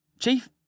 Chief